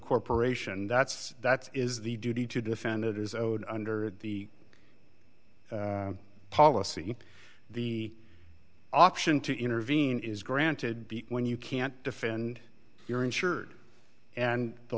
corporation that's that is the duty to defend it is owed under the policy the option to intervene is granted when you can't defend your insured and the